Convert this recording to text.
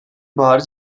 baharı